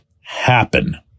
happen